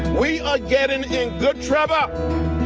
we are getting in good trouble.